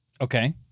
Okay